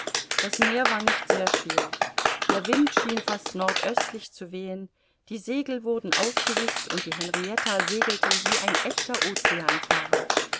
das meer war nicht sehr schwierig der wind schien fast nordöstlich zu wehen die segel wurden aufgehißt und die henrietta segelte wie ein echter